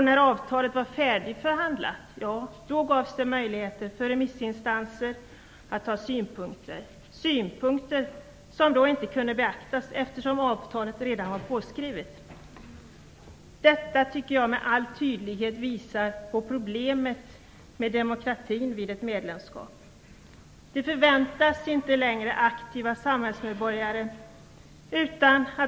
När avtalet var färdigförhandlat gavs det möjligheter för remissinstanser att ha synpunkter. Det var synpunkter som då inte kunde beaktas eftersom avtalet redan var påskrivet. Detta tycker jag med all tydlighet visar på problemet med demokratin vid ett medlemskap. Det förväntas inte längre att det skall finnas aktiva samhällsmedborgare.